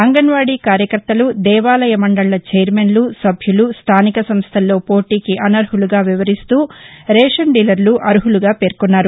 అంగన్వాడి కార్యకర్తలు దేవాలయ మండళ్ళ చైర్మన్లు సభ్యులు స్దానిక సంస్థల్లో పోటీకి అనర్హలుగా వివరిస్తూ రేషన్ డీలర్లు అర్హులుగా పేర్కొన్నారు